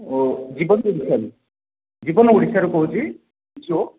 ଜୀବନ ଓଡ଼ିଶାରୁ କହୁଛି ଜିଓ